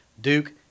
Duke